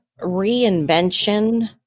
reinvention